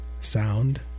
sound